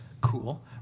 cool